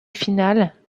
finale